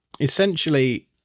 essentially